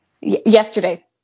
Yesterday